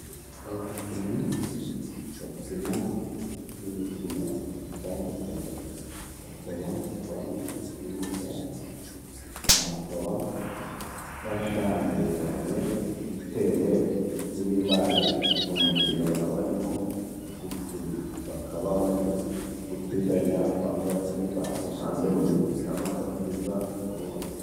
Abakinnyi bakina imikino itandukanye bakaba bari mu kibuga, bakaba bashyamiranye, bitewe n'ibibaye mu mukino baba barimo gukina. Bakaba bari gukizanya, bamwe bakiza uruhande rumwe, n'abandi bakiza ku urundi.